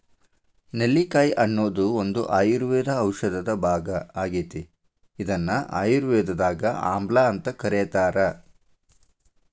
ನೆಲ್ಲಿಕಾಯಿ ಅನ್ನೋದು ಒಂದು ಆಯುರ್ವೇದ ಔಷಧದ ಭಾಗ ಆಗೇತಿ, ಇದನ್ನ ಆಯುರ್ವೇದದಾಗ ಆಮ್ಲಾಅಂತ ಕರೇತಾರ